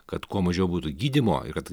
kad kuo mažiau būtų gydymo ir kad